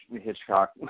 Hitchcock